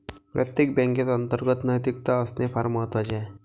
प्रत्येक बँकेत अंतर्गत नैतिकता असणे फार महत्वाचे आहे